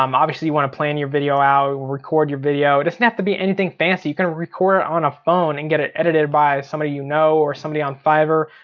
um obviously you want to plan your video out, record your video. it doesn't have to be anything fancy, you can record it on a phone and get it edited by someone you know, or somebody on fiverr.